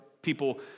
people